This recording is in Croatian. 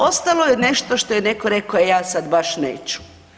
Ostalo je nešto što je neko reko e ja sad baš neću.